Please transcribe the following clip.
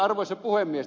arvoisa puhemies